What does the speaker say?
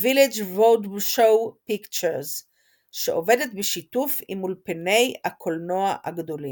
Village Roadshow Pictures שעובדת בשיתוף עם אולפני הקולנוע הגדולים